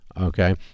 Okay